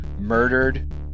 murdered